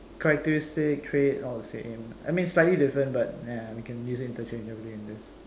characteristic trait all the same I mean slightly different but yeah we can use it interchangeably in this